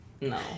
no